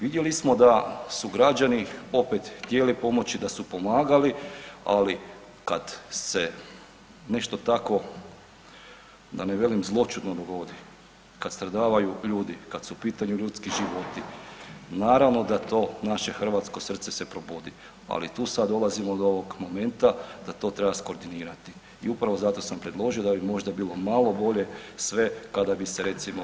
Vidjeli smo da su građani opet htjeli pomoći, da su pomagali, ali kad se nešto takvo da ne velim zloćudno dogodi, kad stradavaju ljudi, kad su u pitanju ljudski životi naravno da to naše hrvatskog srce se probudi, ali tu sad dolazimo do ovog momenta da to treba izkoordinirati i upravo zato sam predložio da bi možda bilo malo bolje sve kada bi se [[Upadica: Hvala.]] recimo na